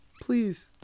please